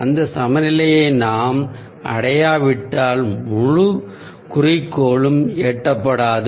அந்த சமநிலையை நாம் அடையாவிட்டால் முழு குறிக்கோளும் எட்டப்படாது